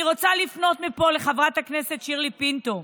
אני רוצה לפנות מפה לחברת הכנסת שירלי פינטו: